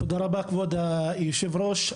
תודה רבה כבוד היושב ראש,